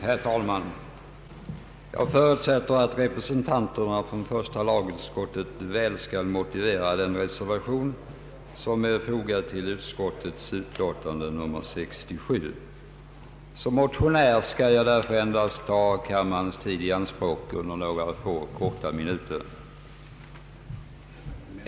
Herr talman! Jag förutsätter att reservanterna i första lagutskottet väl skall motivera den reservation som är fogad till utskottets utlåtande nr 67. Som motionär skall jag därför endast ta kammarens tid i anspråk under några få korta minuter.